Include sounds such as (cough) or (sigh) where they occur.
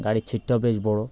গাড়ির (unintelligible) বেশ বড়ো